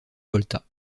volta